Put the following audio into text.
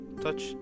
touch